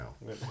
No